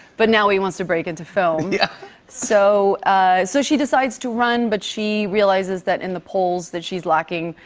but now he wants to break into film. yeah so ah so she decides to run, but she realizes that in the polls that she's lacking.